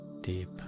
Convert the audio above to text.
Deep